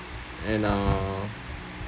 and uh